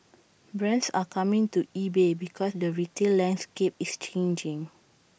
brands are coming to E bay because the retail landscape is changing